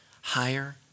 higher